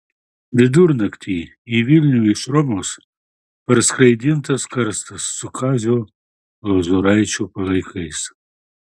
vidurnaktį į vilnių iš romos parskraidintas karstas su kazio lozoraičio palaikais